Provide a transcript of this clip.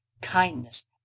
kindness